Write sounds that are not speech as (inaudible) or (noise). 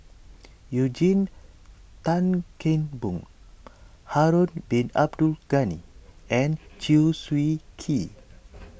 (noise) Eugene Tan Kheng Boon Harun Bin Abdul Ghani and Chew Swee Kee